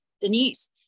Denise